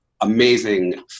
amazing